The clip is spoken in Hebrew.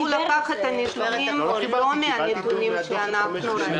הוא לקח את הנתונים לא מן הנתונים שאנחנו אספנו.